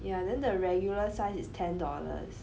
ya then the regular size is ten dollars